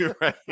Right